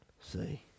See